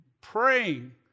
praying